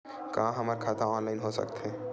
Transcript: का हमर खाता ऑनलाइन हो सकथे?